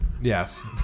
Yes